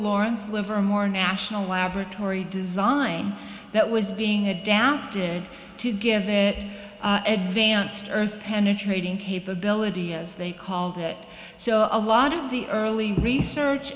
lawrence livermore national laboratory design that was being adapted to give it vance earth penetrating capability as they called it so a lot of the early research